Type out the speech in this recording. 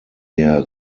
der